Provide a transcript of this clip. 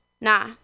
Nah